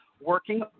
working